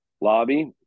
lobby